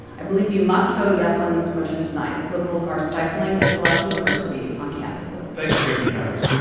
i believe you must vote yes on this motion tonight liberals are stifling intellectual diversity on campuses thank you, kirsten powers.